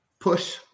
push